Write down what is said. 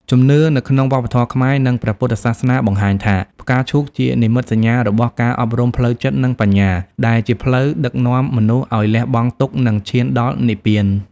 ជំនឿនៅក្នុងវប្បធម៌ខ្មែរ និងព្រះពុទ្ធសាសនាបង្ហាញថា ផ្កាឈូកជានិមិត្តសញ្ញារបស់ការអប់រំផ្លូវចិត្ត និងបញ្ញា ដែលជាផ្លូវដឹកនាំមនុស្សឲ្យលះបង់ទុក្ខ និងឈានដល់និព្វាន។